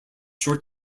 short